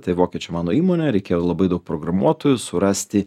tai vokiečių mano įmonė reikėjo ir labai daug programuotojų surasti